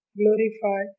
glorify